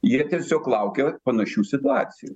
jie tiesiog laukia vat panašių situacijų